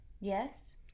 Yes